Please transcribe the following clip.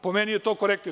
Po meni je to korektnije.